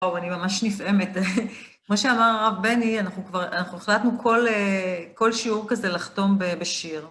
או, אני ממש נפעמת, כמו שאמר הרב בני, אנחנו כבר, אנחנו החלטנו כל שיעור כזה לחתום בשיר.